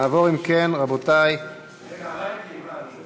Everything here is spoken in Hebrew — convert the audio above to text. נעבור אם כן, רבותי, רגע, מה אתי?